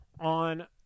on